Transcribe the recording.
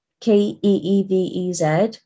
k-e-e-v-e-z